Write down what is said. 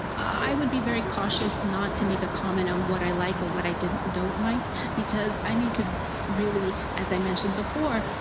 i would be very cautious not to make a comment of what i like or what i don't like because i need to really, as i mentioned before,